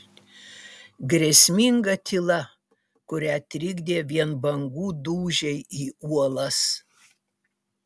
grėsminga tyla kurią trikdė vien bangų dūžiai į uolas